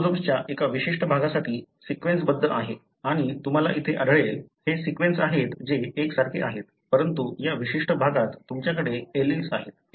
हे क्रोमोझोम्सच्या एका विशिष्ट भागासाठी सीक्वेन्सबद्ध आहे आणि तुम्हाला येथे आढळेल हे सीक्वेन्स आहेत जे एकसारखे आहेत परंतु या विशिष्ट भागात तुमच्याकडे एलील्स आहेत